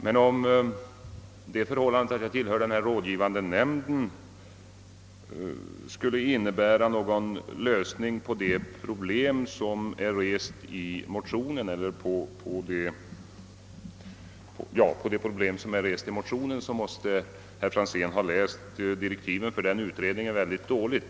Men om herr Franzén i Motala tror att den omständigheten att jag tillhör den rådgivande nämnden innebär någon lösning på det problem som rests i motionen, så måste han ha läst utredningens direktiv mycket dåligt.